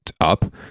up